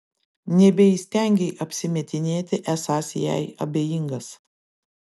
nebeįstengei apsimetinėti esąs jai abejingas